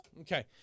Okay